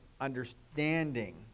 understanding